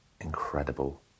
incredible